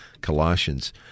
Colossians